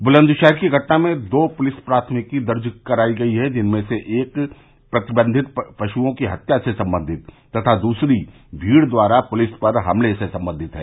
बुलन्दशहर की घटना में दो पुलिस प्राथमिकी दर्ज कराई गई है जिनमें से एक प्रतिबंधित पशुओं की हत्या से संबंधित तथा दसरी भीड द्वारा पुलिस पर हमला से संबंधित है